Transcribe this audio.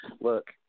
Look